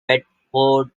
bedford